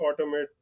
automate